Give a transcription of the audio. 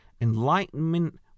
enlightenment